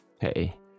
Hey